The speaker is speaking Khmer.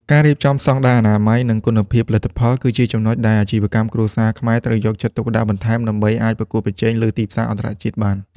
ការរៀបចំស្តង់ដារអនាម័យ និងគុណភាពផលិតផល គឺជាចំណុចដែលអាជីវកម្មគ្រួសារខ្មែរត្រូវយកចិត្តទុកដាក់បន្ថែមដើម្បីអាចប្រកួតប្រជែងលើទីផ្សារអន្តរជាតិបាន។